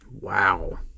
Wow